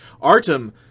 Artem